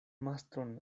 mastron